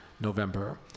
November